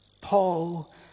Paul